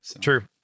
True